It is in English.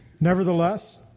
Nevertheless